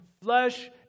flesh